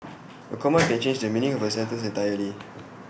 A comma can change the meaning of A sentence entirely